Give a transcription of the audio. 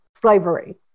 slavery